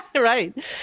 Right